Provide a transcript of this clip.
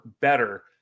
better